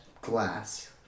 glass